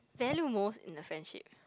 value most in the friendsip